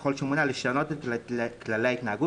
ככל שהוא מונה לשנות את כללי ההתנהגות,